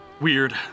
weird